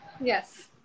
Yes